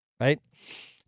right